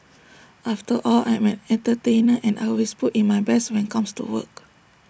after all I'm an entertainer and I always put in my best when comes to work